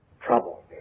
trouble